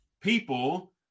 people